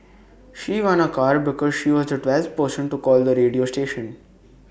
she won A car because she was the twelfth person to call the radio station